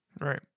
right